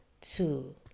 two